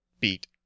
beat